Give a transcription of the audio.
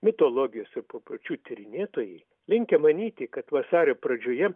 mitologijos ir papročių tyrinėtojai linkę manyti kad vasario pradžioje